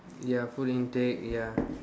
ya food intake ya